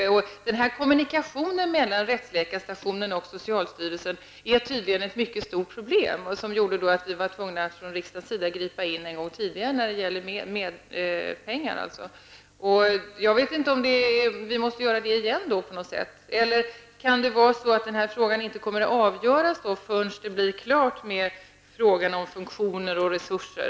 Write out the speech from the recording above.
Kommunikationen mellan rättsläkarstationen och socialstyrelsen är tydligen ett stort problem, som gjorde att vi från riksdagens sida var tvungna att gripa in en gång när det gäller pengar. Jag vet inte om vi måste göra det igen, eller kan det vara så att frågan inte kommer att avgöras förrän det blir klart med frågan om funktion och resurser.